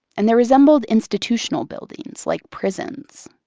and they resembled institutional buildings like prisons.